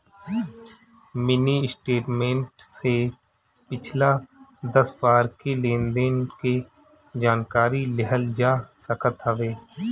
mini statement से पिछला दस बार के लेनदेन के जानकारी लेहल जा सकत हवे